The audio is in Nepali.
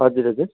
हजुर हजुर